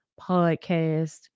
podcast